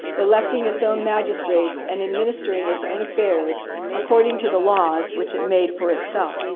electing its own magistrates and administering its own affairs according to the laws which it made for itself.